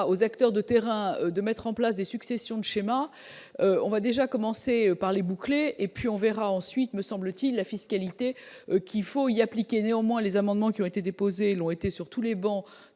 aux acteurs de terrain, de mettre en place des successions schéma on va déjà commencer par les et puis on verra ensuite, me semble-t-il la fiscalité qu'il faut il y appliquer néanmoins les amendements qui ont été déposées, l'ont été sur tous les bancs,